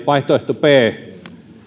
vaihtoehto b